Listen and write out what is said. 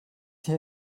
die